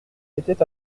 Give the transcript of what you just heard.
était